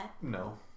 no